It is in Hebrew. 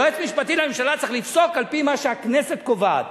יועץ משפטי לממשלה צריך לפסוק על-פי מה שהכנסת קובעת.